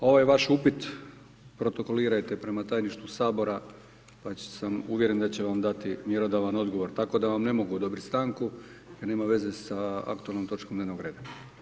Ovaj vaš upit protokolirajte prema Tajništvu Sabora pa sam uvjeren da će vam dati mjerodavan odgovor, tako da vam ne mogu odobriti stanku jer nema veze s aktualnom točkom dnevnog reda.